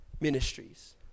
ministries